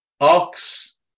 Ox